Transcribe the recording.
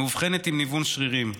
מאובחנת בניוון שרירים.